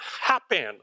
happen